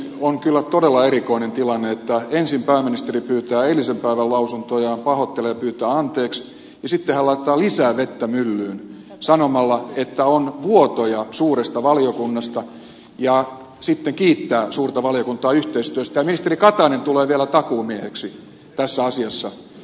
on kyllä todella erikoinen tilanne että ensin pääministeri pahoittelee ja pyytää eilisen päivän lausuntojaan anteeksi ja sitten hän laittaa lisää vettä myllyyn sanomalla että on vuotoja suuresta valiokunnasta ja sitten kiittää suurta valiokuntaa yhteistyöstä ja ministeri katainen tulee vielä takuumieheksi tässä asiassa